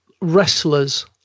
wrestlers